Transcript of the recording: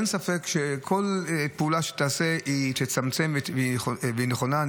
אין ספק שכל פעולה שתיעשה היא תצמצם והיא נכונה.